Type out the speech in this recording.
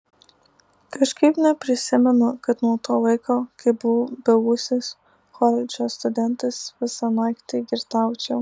kažkaip neprisimenu kad nuo to laiko kai buvau beūsis koledžo studentas visą naktį girtaučiau